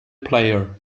player